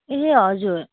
ए हजुर